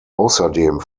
außerdem